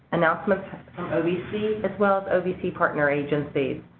announcements from ovc, as well as ovc partner agencies.